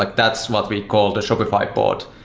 like that's what we call the shopify port,